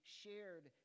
shared